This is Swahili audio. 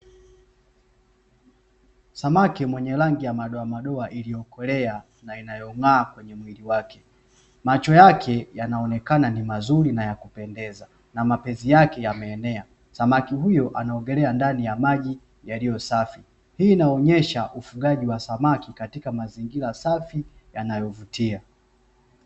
Samaki mwenye rangi ya madoamadoa iliyokolea na inayong'aa kwenye mwili wake. Macho yake yanaonekana ni mazuri na yanapendeza, na mapezi yake yameenea. Samaki huyo anaogelea ndani ya maji yaliyo safi, Hii inaonyesha ufugaji wa samaki katika mazingira yaliyo safi yanayovutia.